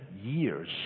years